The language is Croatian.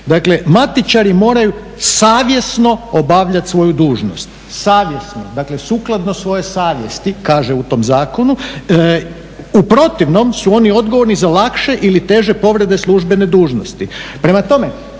Dakle, matičari moraju savjesno obavljati svoju dužnost. Savjesno, dakle sukladno svojoj savjesti kaže u tom zakonu, u protivnom su oni odgovorni za lakše ili teže povrede službene dužnosti,